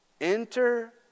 Enter